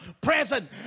Present